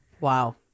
Wow